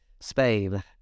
Spain